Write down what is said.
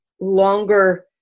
longer